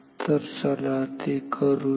तर चला ते करूया